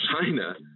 China